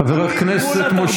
את מבינה, מואטי?